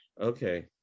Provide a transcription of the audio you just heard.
Okay